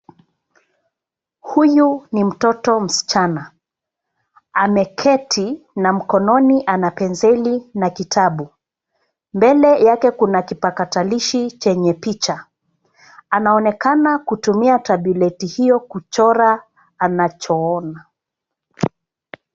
Huyu ni mtoto msichana, ameketi na mkononi ana penseli na kitabu. Mbele yake kuna kipakatalishi chenye picha. Anaonekana kutumia tableti hio kuchora anachoona.